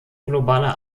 globale